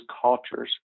cultures